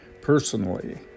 personally